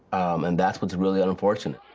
and that's what's really unfortunate.